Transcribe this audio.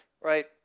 right